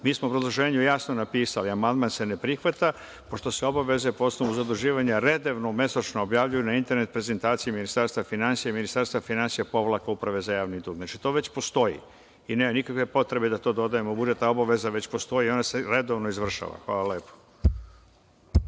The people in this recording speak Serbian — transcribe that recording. smo u obrazloženju jasno napisali – amandman se ne prihvata pošto se obaveze po osnovu zaduživanja redovno mesečno objavljuju na internet prezentaciji Ministarstva finansija – Uprave za javni dug. Znači, to već postoji i nema nikakve potrebe da to dodajemo u budžet. Ta obaveza već postoji i ona se redovno izvršava. Hvala lepo.